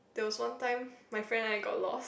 there was one time my friend and I got lost